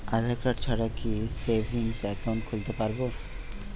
আধারকার্ড ছাড়া কি savings account খুলতে পারব?